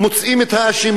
אנחנו מוצאים את האשמים.